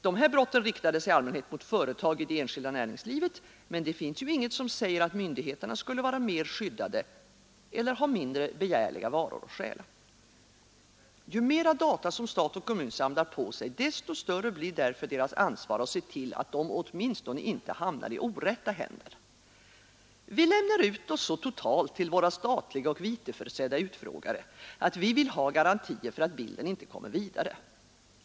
De brotten riktade sig i allmänhet mot företag i det enskilda näringslivet, men det finns inget som säger att myndigheterna skulle vara mera skyddade eller ha mindre begärliga varor för dem som vill stjäla. Ju mer data stat och kommun samlar på sig, desto större blir också deras ansvar att se till att uppgifterna åtminstone inte hamnar i orätta händer. Vi lämnar ut oss så totalt till våra statliga och vitesförsedda utfrågare att vi vill ha garantier för att bilden inte kommer vidare.